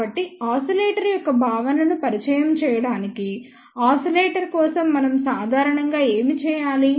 కాబట్టి ఆసిలేటర్ యొక్క భావనను పరిచయం చేయడానికి ఆసిలేటర్ కోసం మనం సాధారణంగా ఏమి చేయాలి